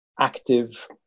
active